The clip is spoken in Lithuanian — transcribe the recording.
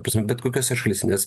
ta prasme bet kokiose šalyse nes